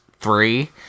three